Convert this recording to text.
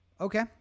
Okay